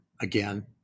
again